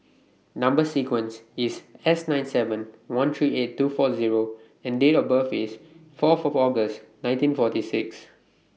Number sequence IS S nine seven one three eight two four Zero and Date of birth IS Fourth August nineteen forty six